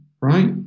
right